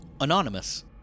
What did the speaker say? anonymous